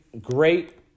great